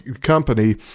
company